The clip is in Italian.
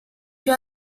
più